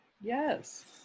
Yes